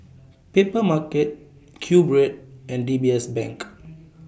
Papermarket Q Bread and D B S Bank